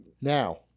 now